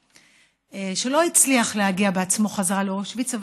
שלא הצליח להגיע בעצמו חזרה לאושוויץ,